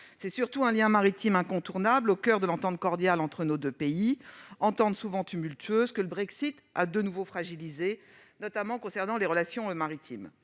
est surtout un lien maritime incontournable au coeur de l'entente cordiale entre nos deux pays, entente souvent tumultueuse que le Brexit a de nouveau fragilisée, notamment pour ce qui est des relations maritimes.